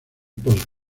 post